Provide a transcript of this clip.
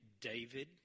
David